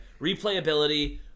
replayability